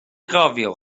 gofio